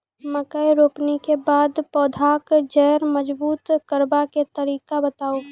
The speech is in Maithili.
मकय रोपनी के बाद पौधाक जैर मजबूत करबा के तरीका बताऊ?